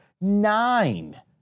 Nine